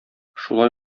шулай